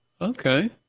Okay